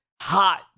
hot